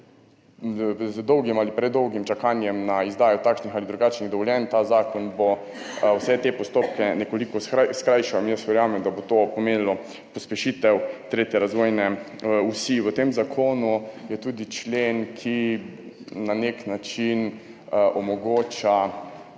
z dolgim ali predolgim čakanjem na izdajo takšnih ali drugačnih dovoljenj. Ta zakon bo vse te postopke nekoliko skrajšal in jaz verjamem, dabo to pomenilo pospešitev tretje razvojne osi. V tem zakonu je tudi člen, ki na nek način omogoča